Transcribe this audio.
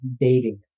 dating